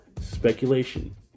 speculation